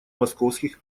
московских